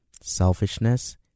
selfishness